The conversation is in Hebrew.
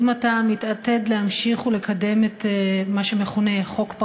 האם אתה מתעתד להמשיך לקדם את מה שמכונה חוק פראוור?